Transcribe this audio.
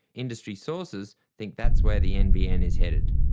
industry sources think that's where the nbn is headed.